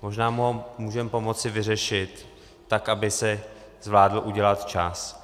Možná mu ho můžeme pomoci vyřešit tak, aby si zvládl udělat čas.